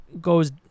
goes